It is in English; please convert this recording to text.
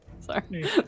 sorry